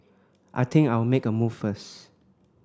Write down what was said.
I think I'll make a move first